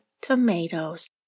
tomatoes